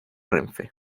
renfe